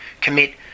commit